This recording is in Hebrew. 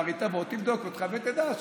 היא תבוא, תבדוק אותך, ותדע.